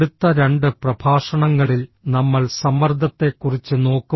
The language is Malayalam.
അടുത്ത രണ്ട് പ്രഭാഷണങ്ങളിൽ നമ്മൾ സമ്മർദ്ദത്തെക്കുറിച്ച് നോക്കും